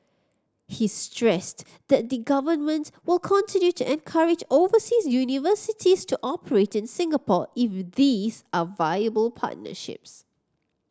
he stressed that the Government will continue to encourage overseas universities to operate in Singapore if these are viable partnerships